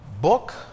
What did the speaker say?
book